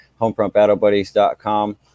Homefrontbattlebuddies.com